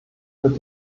mit